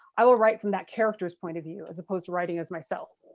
i will write from that character's point of view as opposed to writing as myself.